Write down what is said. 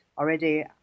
Already